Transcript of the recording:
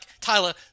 Tyler